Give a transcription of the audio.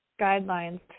guidelines